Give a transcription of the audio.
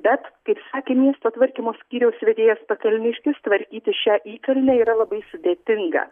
bet kaip sakė miesto tvarkymo skyriaus vedėjas pakalniškis tvarkyti šią itin nėra labai sudėtinga